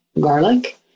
garlic